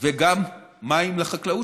וגם מים לחקלאות,